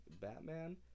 Batman